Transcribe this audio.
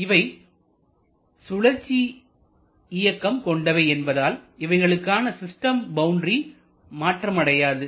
மேலும் இவை சுழற்சி இயக்கம் கொண்டவை என்பதால் இவைகளுக்கான சிஸ்டம் பவுண்டரி மாற்றம் அடையாது